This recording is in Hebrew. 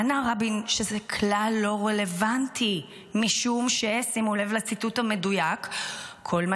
ענה רבין שזה כלל לא רלוונטי משום שימו לב לציטוט המדויק: "כל מה